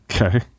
okay